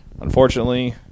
Unfortunately